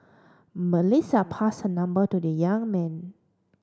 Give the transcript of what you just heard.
Melissa passed her number to the young man